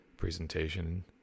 presentation